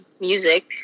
music